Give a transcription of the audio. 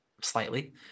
slightly